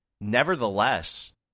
Nevertheless